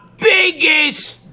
biggest